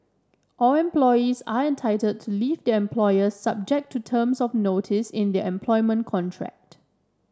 all employees are entitled to leave their employer subject to terms of notice in their employment contract